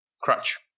Crutch